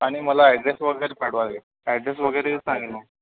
आणि मला ॲड्रेस वगैरे पाठवावा लागेल ॲड्रेस वगैरे सांगा